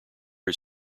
his